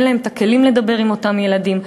אין להם הכלים לדבר עם הילדים.